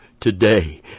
today